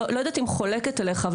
לא יודעת אם חולקת עליך,